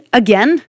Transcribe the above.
again